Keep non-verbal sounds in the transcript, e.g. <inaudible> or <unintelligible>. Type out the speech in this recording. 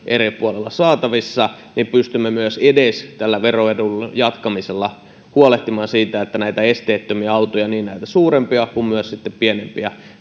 <unintelligible> eri puolilla saatavissa niin pystymme edes tällä veroedun jatkamisella huolehtimaan siitä että näitä esteettömiä autoja niin näitä suurempia kuin myös sitten pienempiä